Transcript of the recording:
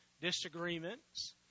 disagreements